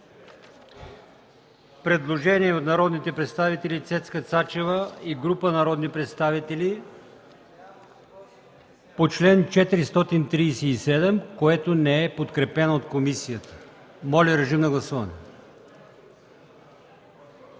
предложението от народния представител Цецка Цачева и група народни представители по чл. 237, което не е подкрепено от комисията. Гласували